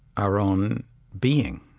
our own being.